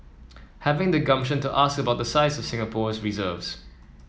having the gumption to ask about the size of Singapore's reserves